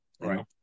Right